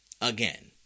again